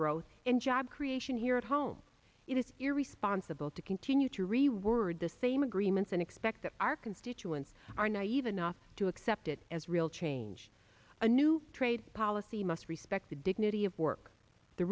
growth and job creation here at home it is irresponsible to continue to reword the same agreements and expect that our constituents are naive enough to accept it as real change a new trade policy must respect the dignity of work the